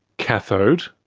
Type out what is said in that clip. cathode,